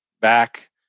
back